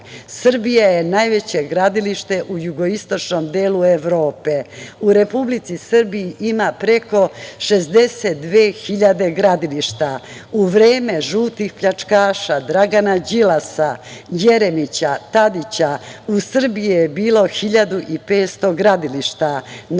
Srbija je najveće gradilište u jugoistočnom delu Evrope. U Republici Srbiji ima preko 62.000 gradilišta. U vreme žutih pljačkaša, Dragana Đilasa, Jeremića, Tadića u Srbiji je bilo 1.500 gradilišta.